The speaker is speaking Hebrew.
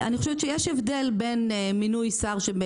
אני חושבת שיש הבדל בין מינוי שר,